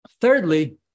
Thirdly